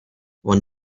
one